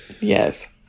Yes